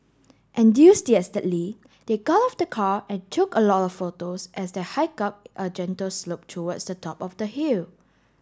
enthusiastically they got out of the car and took a lot of photos as they hiked up a gentle slope towards the top of the hill